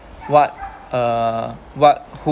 what uh what who